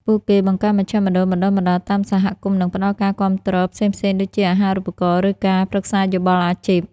ពួកគេបង្កើតមជ្ឈមណ្ឌលបណ្តុះបណ្តាលតាមសហគមន៍ និងផ្តល់ការគាំទ្រផ្សេងៗដូចជា អាហារូបករណ៍ ឬការប្រឹក្សាយោបល់អាជីព។